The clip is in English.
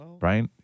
Right